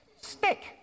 Stick